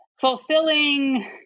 fulfilling